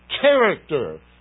character